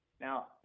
Now